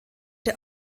der